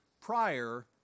prior